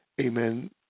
amen